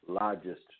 largest